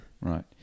right